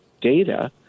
data